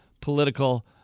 political